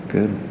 Good